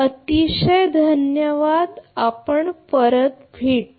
अतिशय धन्यवाद आपण परत पण भेटू